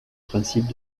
principes